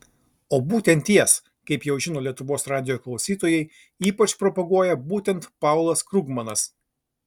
o būtent jas kaip jau žino lietuvos radijo klausytojai ypač propaguoja būtent paulas krugmanas